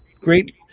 great